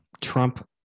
Trump